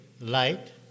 light